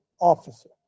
Officer